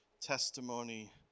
testimony